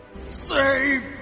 save